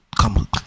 come